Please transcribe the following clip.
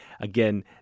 Again